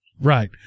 Right